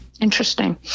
interesting